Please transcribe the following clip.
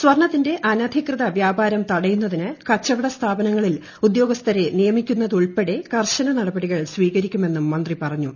സ്വർണത്തിന്റെ അനധികൃത വൃപ്പാർം തടയുന്നതിന് കച്ചവട സ്ഥാപനങ്ങളിൽ ഉദ്യോഗസ്ഥരെട്ട് നീയമിക്കുന്നതുൾപ്പെടെ കർശന നടപടികൾ സ്വീകരിക്കുമെന്നും മന്ത്രീ പറഞ്ഞു